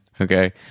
Okay